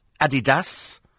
Adidas